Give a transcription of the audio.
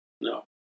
No